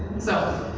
so